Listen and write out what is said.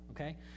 Okay